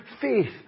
faith